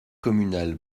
communale